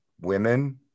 women